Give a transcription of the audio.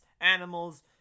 animals